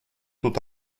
тут